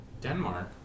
Denmark